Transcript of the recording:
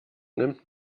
nimmt